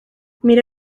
mira